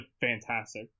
fantastic